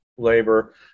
Labor